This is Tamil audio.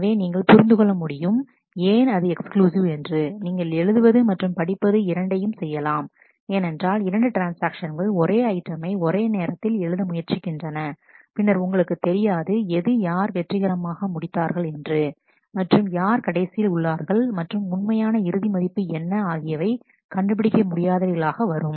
எனவே நீங்கள் புரிந்துகொள்ள முடியும் ஏன் அது எக்ஸ்க்ளூசிவ் என்று நீங்கள் எழுதுவது மற்றும் படிப்பது இரண்டையும் செய்யலாம் ஏனென்றால் இரண்டு ட்ரான்ஸ்ஆக்ஷன்கள் ஒரே ஐட்டமை ஒரே நேரத்தில் எழுத முயற்சிக்கின்றன பின்னர் உங்களுக்கு தெரியாது எது யார் வெற்றிகரமாக முடித்தார்கள் என்று மற்றும் யார் கடைசியில் உள்ளார்கள் மற்றும் உண்மையான இறுதி மதிப்பு என்ன ஆகியவை கண்டுபிடிக்க முடியாதவைகளாக வரும்